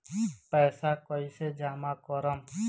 पैसा कईसे जामा करम?